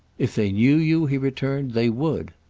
if they knew you, he returned, they would.